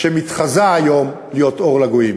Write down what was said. שמתחזה היום להיות אור לגויים.